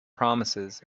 promises